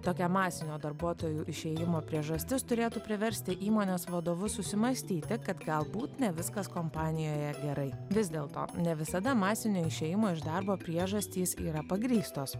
tokia masinio darbuotojų išėjimo priežastis turėtų priversti įmonės vadovus susimąstyti kad galbūt ne viskas kompanijoje gerai vis dėlto ne visada masinio išėjimo iš darbo priežastys yra pagrįstos